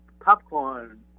Popcorn